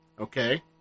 Okay